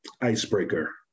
icebreaker